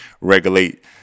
Regulate